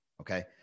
Okay